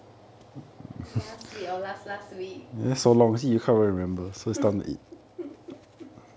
last week or last last week